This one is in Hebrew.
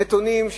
הנתונים,